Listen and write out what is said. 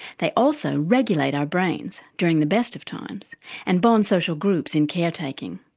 they also regulate our brains during the best of times and bond social groups in caretaking.